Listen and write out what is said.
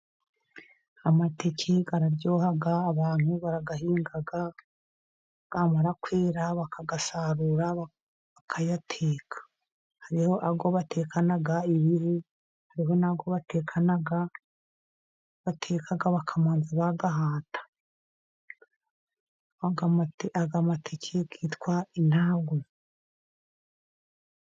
Amateke araryoha. Abantu barayahinga, yamara kwera bakayasarura bakayateka. Hariho ayo batekana ibihu, hari n'ayo bateka bakabanza bayahata. Aya mateke yitwa intangu.